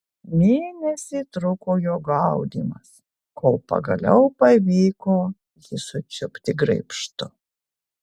mėnesį truko jo gaudymas kol pagaliau pavyko jį sučiupti graibštu